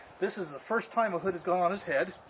this is the first time a hood has gone on his head